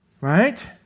Right